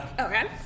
Okay